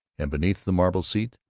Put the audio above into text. and beneath the marble seat,